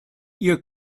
ihr